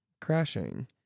crashing